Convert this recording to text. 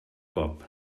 cop